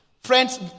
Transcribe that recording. Friends